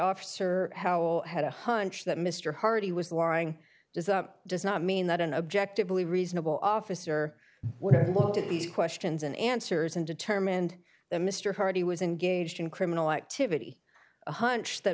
officer howell had a hunch that mr hardy was lying just does not mean that an objectively reasonable officer would have looked at these questions and answers and determined that mr hardy was engaged in criminal activity a hunch that